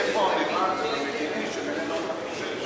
איפה הממד המדיני שממנו אתה חושש?